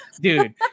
dude